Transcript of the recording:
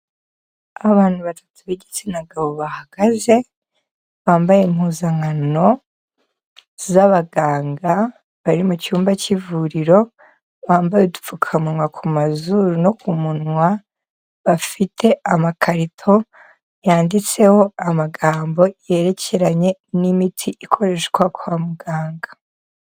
Abantu batatu b'igitsina gabo bahagaze, bambaye impuzankano z'abaganga bari mu cyumba cy'ivuriro, bambaye udupfukawa ku mazuru no ku munwa, bafite amakarito yanditseho amagambo yerekeranye n'imiti ikoreshwa kwa muganga.